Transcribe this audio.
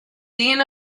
dean